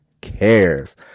cares